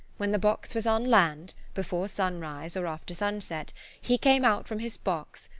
when the box was on land, before sunrise or after sunset, he came out from his box,